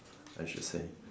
I should say